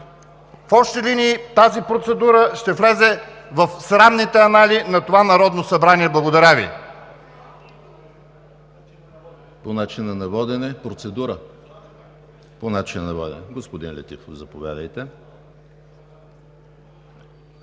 В общи линии тази процедура ще влезе в срамните анали на това Народно събрание. Благодаря Ви.